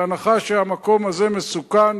בהנחה שהמקום הזה מסוכן,